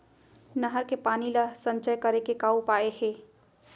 नहर के पानी ला संचय करे के का उपाय हे?